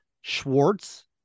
Schwartz